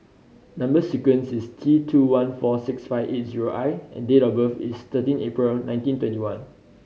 number sequence is T two one four six five eight zero I and date of birth is thirteen April nineteen twenty one